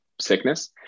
sickness